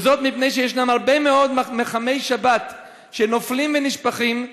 מפני שיש הרבה מאוד מיחמי שבת שנופלים ונשפכים.